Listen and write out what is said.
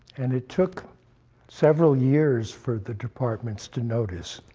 and it took several years for the departments to notice.